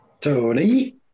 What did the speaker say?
Tony